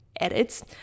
edits